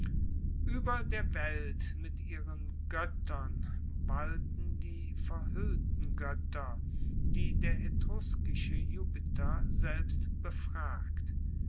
ueber der welt mit ihren goettern walten die verhuellten goetter die der etruskische jupiter selber befragt